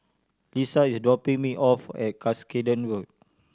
Lissa is dropping me off at Cuscaden Road